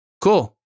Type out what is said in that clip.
cool